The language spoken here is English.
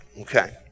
Okay